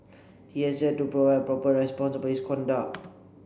he has yet to provide a proper response about his conduct